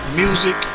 music